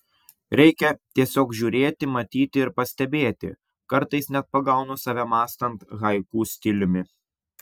reikia tiesiog žiūrėti matyti ir pastebėti kartais net pagaunu save mąstant haiku stiliumi